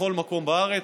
בכל מקום בארץ.